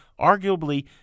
arguably